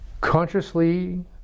consciously